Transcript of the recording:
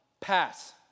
pass